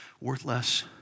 Worthless